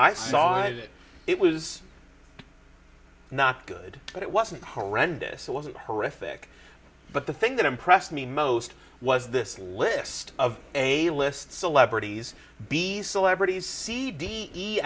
i saw that it was not good but it wasn't horrendous it wasn't horrific but the thing that impressed me most was this list of a list celebrities be celebrities c d e